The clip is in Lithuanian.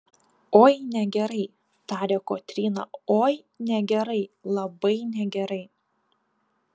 oi negerai tarė kotryna oi negerai labai negerai